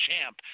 champ